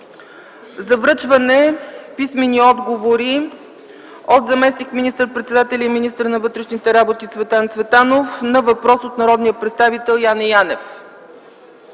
За връчване писмени отговори от: - заместник министър-председателя и министър на вътрешните работи Цветан Цветанов на въпрос от народния представител Яне Янев;